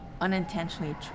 unintentionally